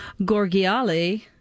Gorgiali